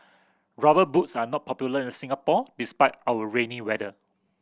Rubber Boots are not popular in Singapore despite our rainy weather